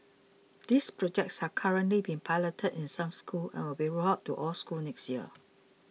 these projects are currently being piloted in some schools and will be rolled out to all schools next year